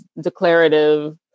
declarative